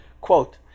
quote